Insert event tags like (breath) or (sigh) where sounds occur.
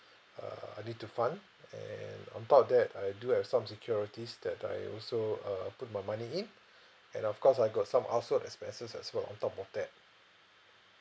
err I need to fund and on top of that I do have some securities that I also uh put my money in (breath) and of course I've got some household expenses as well on top of that